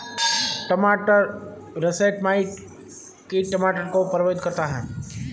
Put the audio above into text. टमाटर russet mite कीट टमाटर को प्रभावित करता है